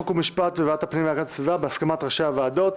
חוק ומשפט וועדת הפנים והגנת הסביבה בהסכמת ראשי הוועדות.